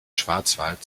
schwarzwald